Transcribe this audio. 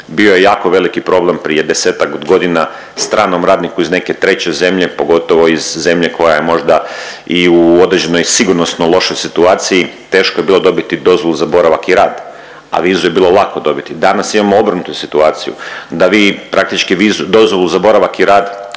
Bio je jako veliki problem prije 10-ak godina stranom radniku iz neke 3. zemlje, pogotovo iz zemlje koja je možda i u određenoj sigurnosno lošoj situaciji, teško je bilo dobiti dozvolu za boravak i rad, a vizu je bilo lako dobiti. Danas imamo obrnutu situaciju, da vi praktički vizu, dozvolu za boravak i rad